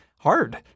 hard